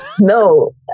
no